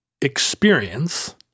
experience